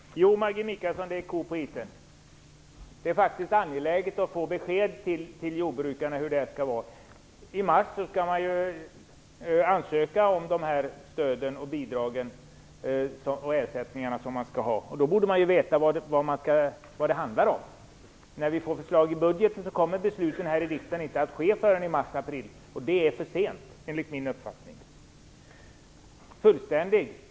Fru talman! Jo, Maggi Mikaelsson, det är en ko på isen. Det är faktiskt angeläget att jordbrukarna får besked. I mars skall man ansöka om de här stöden, bidragen och ersättningarna, och då borde man ju veta vad det handlar om. Efter att vi har fått förslag i budgeten kommer besluten här i riksdagen inte att fattas förrän i mars eller april, och det är för sent enligt min uppfattning. Maggi Mikaelsson säger att den förra regeringens proposition inte var fullständig.